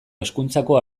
hezkuntzako